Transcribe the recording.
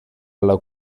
alla